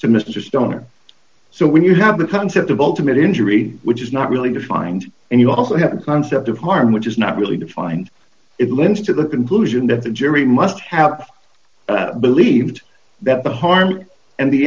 to mr stoner so when you have the concept of ultimate injury which is not really defined and you also have a concept of harm which is not really defined it lends to the conclusion that the jury must have believed that the harm and the